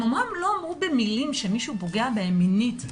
הם אומנם לא אמרו במילים שמישהו פוגע בהם מינית.